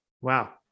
Wow